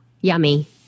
Yummy